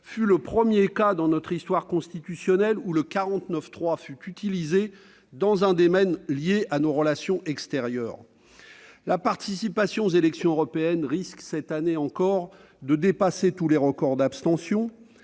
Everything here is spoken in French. fut le premier cas, dans notre histoire constitutionnelle, d'utilisation de l'article 49-3 de la Constitution dans un domaine lié à nos relations extérieures. La participation aux élections européennes risque, cette année encore, de dépasser tous les records d'abstention